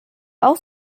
auch